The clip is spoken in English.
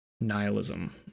nihilism